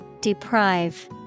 Deprive